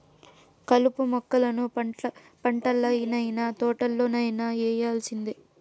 కలుపు మొక్కలను పంటల్లనైన, తోటల్లోనైన యేరేయాల్సిందే